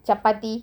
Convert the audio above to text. chappathi